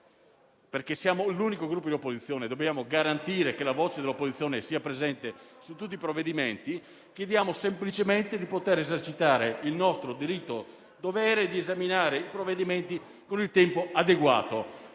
essendo l'unico Gruppo di opposizione e dovendo garantire che la voce dell'opposizione sia presente su tutti i provvedimenti, chiediamo semplicemente di poter esercitare il nostro diritto-dovere di esaminare i provvedimenti con un tempo adeguato.